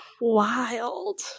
wild